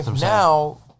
now